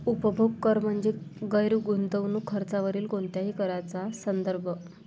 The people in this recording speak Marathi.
उपभोग कर म्हणजे गैर गुंतवणूक खर्चावरील कोणत्याही कराचा संदर्भ